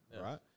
Right